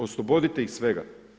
Oslobodite ih svega.